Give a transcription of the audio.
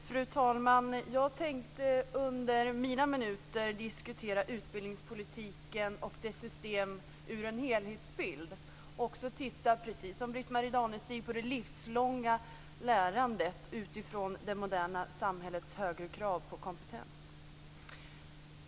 Fru talman! Jag tänkte under mina minuter diskutera utbildningspolitiken och dess system ur en helhetsbild och också titta, precis som Britt-Marie Danestig, på det livslånga lärandet utifrån det moderna samhällets högre krav på kompetens.